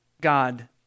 God